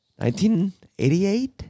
1988